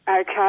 Okay